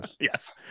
yes